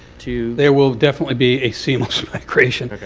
to there will definitely be a seamless migration. ok.